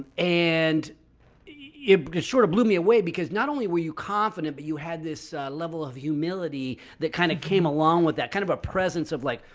and it sort of blew me away because not only were you confident, but you had this level of humility that kind of came along with that kind of a presence of like,